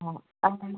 ആ അതെ